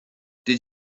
did